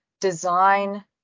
design